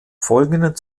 folgenden